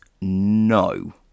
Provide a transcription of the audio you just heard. no